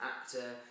actor